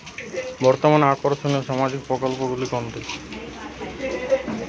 বর্তমানে আকর্ষনিয় সামাজিক প্রকল্প কোনটি?